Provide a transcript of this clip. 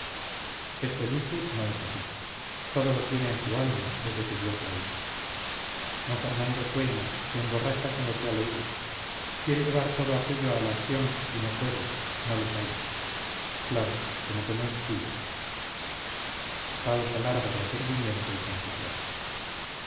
este luchu no es así todo lo tiene en su alma desde que dios la hizo d fernando sueña se emborracha con lo que ha leído quiere llevar todo aquello a la acción y no puede no le sale claro como que no es suyo